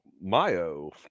Mayo